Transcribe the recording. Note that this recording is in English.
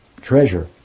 treasure